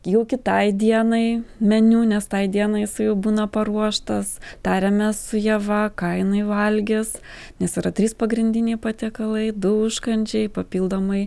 jau kitai dienai meniu nes tai dienai jisai jau būna paruoštas tariamės su ieva ką jinai valgys nes yra trys pagrindiniai patiekalai du užkandžiai papildomai